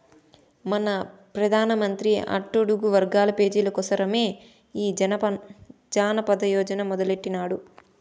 మన పెదానమంత్రి అట్టడుగు వర్గాల పేజీల కోసరమే ఈ జనదన యోజన మొదలెట్టిన్నాడు